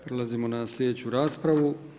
Prelazimo na sljedeću raspravu.